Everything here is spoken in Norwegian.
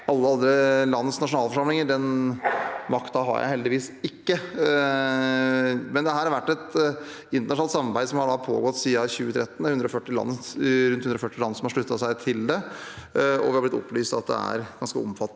alle andre lands nasjonalforsamlinger. Den makten har jeg heldigvis ikke. Men dette har vært et internasjonalt samarbeid som har pågått siden 2013, med rundt 140 land som har sluttet seg til det, og vi har fått opplyst at det er en ganske omfattende